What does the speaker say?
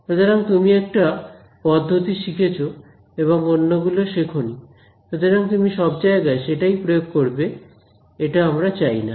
সুতরাং তুমি একটা পদ্ধতি শিখেছ এবং অন্যগুলো শেখোনি সুতরাং তুমি সব জায়গায় সেটাই প্রয়োগ করবে এটা আমরা চাই না